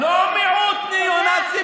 למה אתם נגד שוויון?